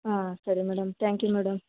ಹಾಂ ಸರಿ madam thank you madam